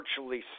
virtually